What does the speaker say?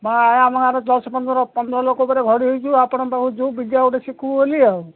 ହଁ ଆମ ଗାଁର ଦଶ ପନ୍ଦର ପନ୍ଦର ଲୋକ ଉପରେ ହୋଇଛୁ ଆପଣ ପାଖକୁ ଯୋଉ ବିଦ୍ୟା ଶିଖିବୁ ବୋଲି ଆଉ